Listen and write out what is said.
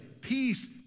peace